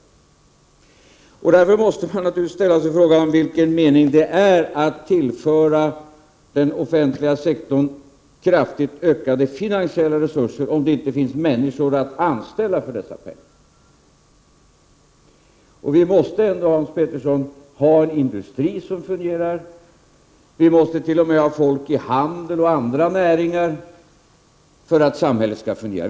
Därför måste man ställa sig frågan vilken mening det är att tillföra den offentliga sektorn kraftigt ökade finansiella resurser, om det inte finns människor att anställa för dessa pengar. Vi måste ändå, Hans Petersson, ha en industri som fungerar, och vi måste t.o.m. ha folk i handel och andra näringar för att samhället skall fungera.